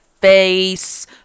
face